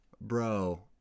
bro